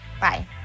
Bye